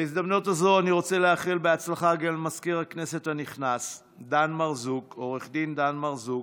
בהזדמנות זו אני רוצה לאחל הצלחה גם למזכיר הכנסת הנכנס עו"ד דן מרזוק.